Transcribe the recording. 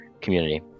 community